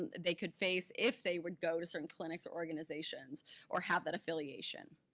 and they could face if they would go to certain clinics or organizations or have that affiliation.